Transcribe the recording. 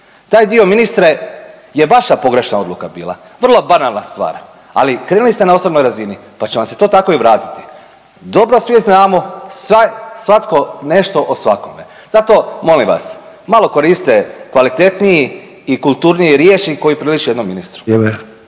Taj dio ministre je vaša pogrešna odluka bila, vrlo banalna stvar, ali krenuli ste na osobnoj razini, pa će vam se to tako i vratiti. Dobro svi znamo, svatko nešto o svakome, zato molim vas malo koristite kvalitetniji i kulturniji rječnik koji priliči jednom ministru.